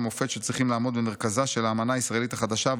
המופת שצריכים לעמוד במרכזה של האמנה הישראלית החדשה,